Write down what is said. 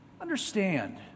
Understand